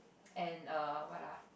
and err what ah